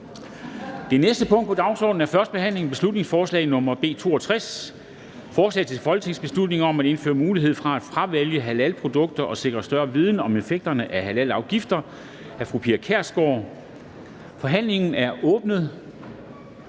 Det næste punkt på dagsordenen er: 7) 1. behandling af beslutningsforslag nr. B 62: Forslag til folketingsbeslutning om at indføre mulighed for at fravælge halalprodukter og sikre større viden om effekterne af halalafgifter. Af Pia Kjærsgaard (DF) m.fl.